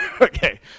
Okay